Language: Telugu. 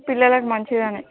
పిల్లలకు మంచిదని